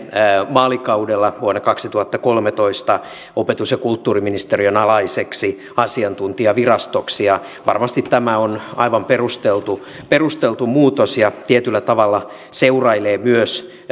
vaalikaudella vuonna kaksituhattakolmetoista opetus ja kulttuuriministeriön alaiseksi asiantuntijavirastoksi ja varmasti tämä on aivan perusteltu perusteltu muutos ja tietyllä tavalla seurailee myös